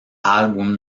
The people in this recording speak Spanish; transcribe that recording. álbum